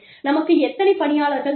நமக்கு எத்தனை பணியாளர்கள் தேவை